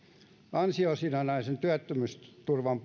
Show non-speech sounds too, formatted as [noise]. ansiosidonnaisen työttömyysturvan [unintelligible]